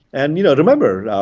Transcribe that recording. and you know remember,